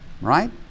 Right